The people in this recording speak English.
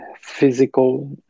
physical